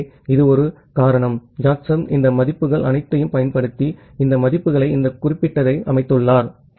ஆகவே இது ஒரு காரணம் ஜேக்கப்சன் இந்த மதிப்புகள் அனைத்தையும் பயன்படுத்தி இந்த மதிப்புகளை இந்த குறிப்பிட்டதை அமைத்துள்ளார்